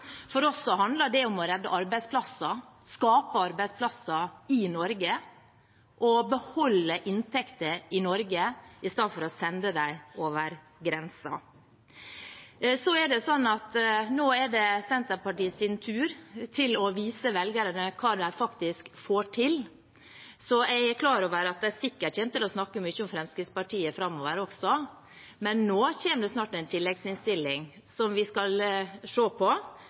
For oss handlet det om å redde arbeidsplasser, skape arbeidsplasser i Norge og beholde inntekter i Norge i stedet for å sende dem over grensen. Nå er det Senterpartiets tur til å vise velgerne hva de faktisk får til. Jeg er klar over at de sikkert kommer til å snakke mye om Fremskrittspartiet framover også, men nå kommer det snart en tilleggsproposisjon som vi skal se på,